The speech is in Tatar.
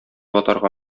атарга